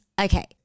okay